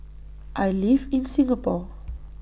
I live in Singapore